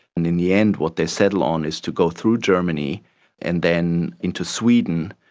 and in the end what they settle on is to go through germany and then into sweden,